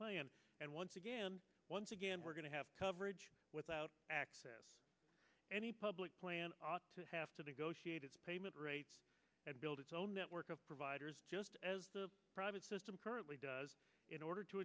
plan and once again once again we're going to have coverage without access any public plan to have to negotiate its payment rates and build its own network of providers just as the private system currently does in order to